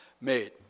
made